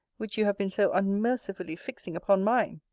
which you have been so unmercifully fixing upon mine!